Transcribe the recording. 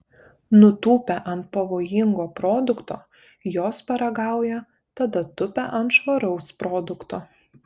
nutūpę ant pavojingo produkto jos paragauja tada tupia ant švaraus produkto